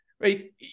Right